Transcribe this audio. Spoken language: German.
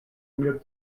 mir